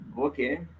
Okay